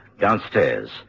downstairs